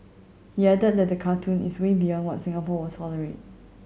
he added that the cartoon is way beyond what Singapore will tolerate